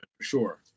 Sure